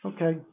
Okay